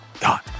God